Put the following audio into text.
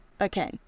okay